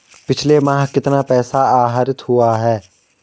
पिछले माह कितना पैसा आहरित हुआ है?